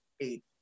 eight